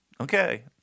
Okay